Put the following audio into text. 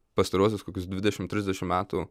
pastaruosius kokius dvidešimt trisdešimt metų